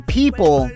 people